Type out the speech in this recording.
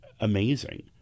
amazing